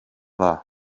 dda